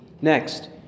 Next